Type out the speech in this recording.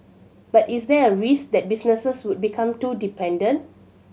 but is there a risk that businesses would become too dependent